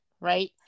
right